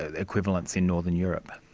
ah equivalents in northern europe.